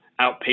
outpatient